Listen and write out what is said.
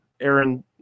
Aaron